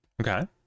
Okay